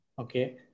Okay